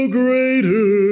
greater